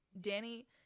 Danny